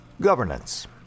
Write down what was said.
Governance